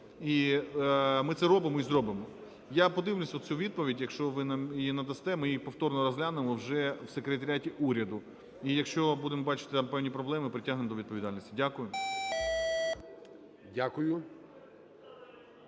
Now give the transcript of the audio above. І ми це робимо, і зробимо. Я подивлюся цю відповідь. Якщо ви нам її надасте, ми її повторно розглянемо вже в секретаріаті уряду. І якщо будемо бачити там певні проблеми, притягнемо до відповідальності. Дякую.